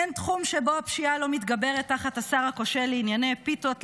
אין תחום שבו הפשיעה לא מתגברת תחת השר הכושל לענייני פיתות,